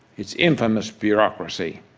its infamous bureaucracy,